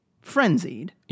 frenzied